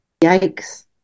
yikes